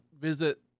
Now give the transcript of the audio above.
visit